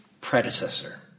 predecessor